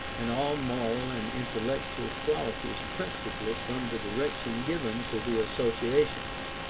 and all moral and intellectual qualities principally from the direction given to the associations.